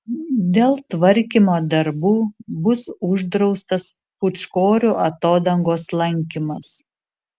dėl tvarkymo darbų bus uždraustas pūčkorių atodangos lankymas